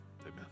Amen